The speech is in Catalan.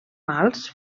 mals